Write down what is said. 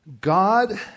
God